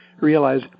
realize